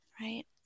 right